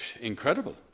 incredible